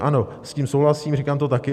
Ano, s tím souhlasím, říkám to také.